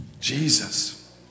Jesus